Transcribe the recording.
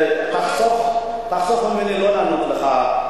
תחסוך ממני לענות לך.